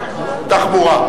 התחבורה.